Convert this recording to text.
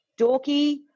dorky